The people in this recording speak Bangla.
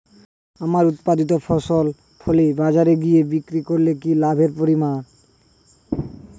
আমার উৎপাদিত ফসল ফলে বাজারে গিয়ে বিক্রি করলে কি লাভের পরিমাণ?